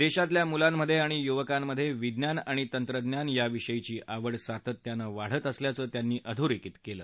दधीतल्या मुलांमध्रिति युवकांमध्रिज्ञान आणि तंत्रज्ञान याविषयीची आवड सातत्यानं वाढत असल्याचं त्यांनी अधोरखित कळ